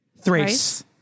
Thrace